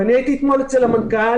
והייתי אתמול אצל המנכ"ל